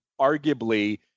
arguably